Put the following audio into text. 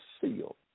sealed